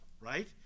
right